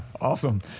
Awesome